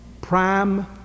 prime